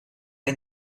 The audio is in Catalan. que